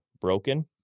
broken